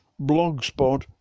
blogspot